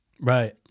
Right